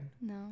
No